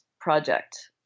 project